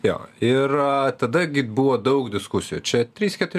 jo ir tada gi buvo daug diskusijų čia trys keturi